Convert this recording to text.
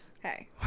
Hey